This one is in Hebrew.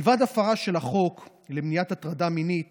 לבד מהפרה של החוק למניעת הטרדה מינית